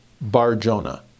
Bar-Jonah